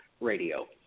Radio